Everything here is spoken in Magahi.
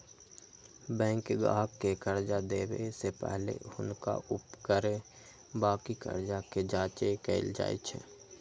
बैंक गाहक के कर्जा देबऐ से पहिले हुनका ऊपरके बाकी कर्जा के जचाइं कएल जाइ छइ